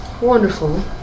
wonderful